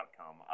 outcome